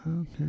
Okay